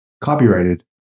copyrighted